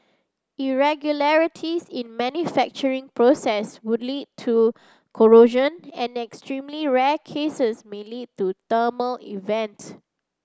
irregularities in manufacturing process could lead to corrosion and in extremely rare cases may lead to event